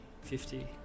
fifty